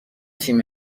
تیم